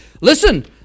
Listen